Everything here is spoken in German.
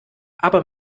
aber